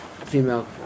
female